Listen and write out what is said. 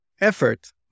effort